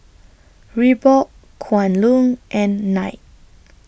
Reebok Kwan Loong and Knight